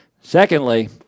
secondly